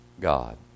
God